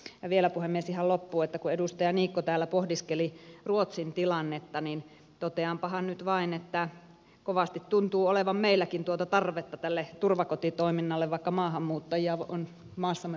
ja vielä puhemies ihan loppuun että kun edustaja niikko täällä pohdiskeli ruotsin tilannetta niin toteanpahan nyt vain että kovasti tuntuu olevan meilläkin tuota tarvetta tälle turvakotitoiminnalle vaikka maahanmuuttajia on maassamme varsin vähän